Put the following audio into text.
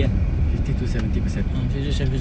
fifty to seventy percent ah